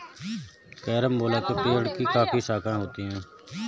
carambola के पेड़ की काफी शाखाएं होती है